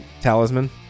talisman